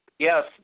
Yes